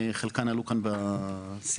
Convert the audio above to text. חלקן כבר עלו בשיח.